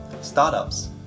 Startups